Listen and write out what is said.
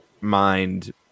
mind